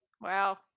wow